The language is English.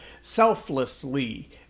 selflessly